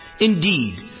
Indeed